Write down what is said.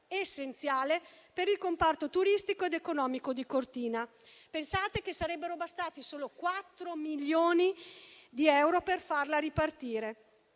essenziale per il comparto turistico ed economico di Cortina. Pensate che sarebbero bastati solo 4 milioni di euro per farla ripartire.